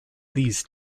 these